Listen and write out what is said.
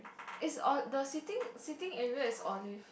is or the sitting sitting area is olive